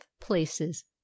places